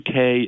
UK